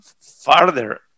farther